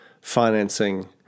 financing